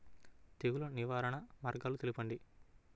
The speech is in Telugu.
తెగులు నివారణ మార్గాలు తెలపండి?